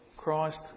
Christ